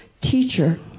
Teacher